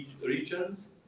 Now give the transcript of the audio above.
regions